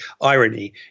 irony